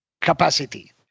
capacity